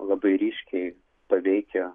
labai ryškiai paveikia